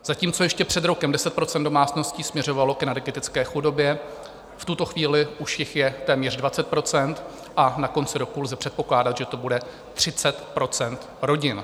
Zatímco ještě před rokem 10 % domácností směřovalo k energetické chudobě, v tuto chvíli už jich je téměř 20 % a na konci roku lze předpokládat, že to bude 30 % rodin.